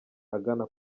agana